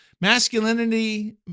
masculinity